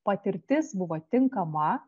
patirtis buvo tinkama